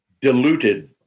diluted